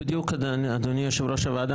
אדוני יושב-ראש הוועדה,